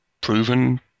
proven